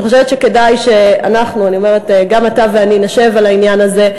אני חושבת שכדאי שגם אתה ואני נשב על העניין הזה.